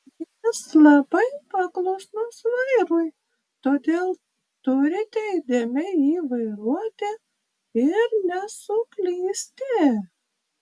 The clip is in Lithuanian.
jis labai paklusnus vairui todėl turite įdėmiai jį vairuoti ir nesuklysti